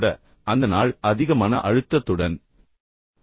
எனவே அந்த நாள் அதிக மன அழுத்தத்துடன் தொடங்குகிறது